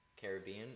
Caribbean